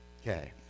Okay